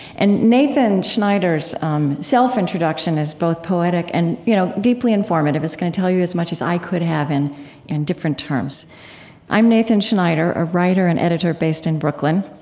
and nathan schneider's um self-introduction is both poetic and you know deeply informative. it's going to tell you as much as i could have in in different terms i'm nathan schneider, a writer and editor based in brooklyn.